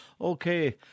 Okay